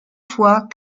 fois